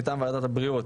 מטעם ועדת הבריאות